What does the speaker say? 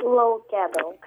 lauke daug